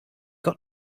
got